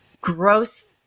gross